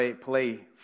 play